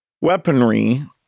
weaponry